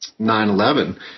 9-11